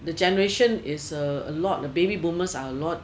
the generation is uh a lot the baby boomers are a lot